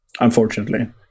unfortunately